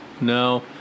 No